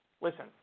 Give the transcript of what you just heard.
listen